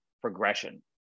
progression